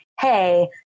hey